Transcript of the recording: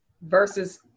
versus